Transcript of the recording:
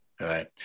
Right